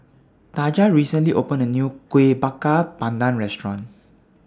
Taja recently opened A New Kuih Bakar Pandan Restaurant